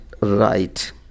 right